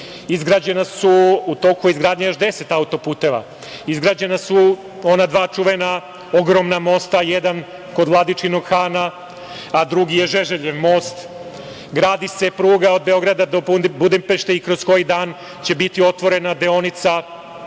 veliki, u toku je izgradnja još deset auto-puteva. Izgrađena su ona dva čuvena ogromna mosta, jedan kod Vladičinog Hana, a drugi je Žeželjev most. Gradi se pruga od Beograda do Budimpešte i kroz koji dan će biti otvorena deonica Beograd